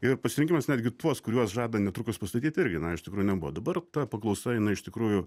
ir pasirinkimas netgi tuos kuriuos žada netrukus pastatyt irgi na iš tikrųjų nebuvo dabar ta paklausa jinai iš tikrųjų